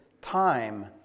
time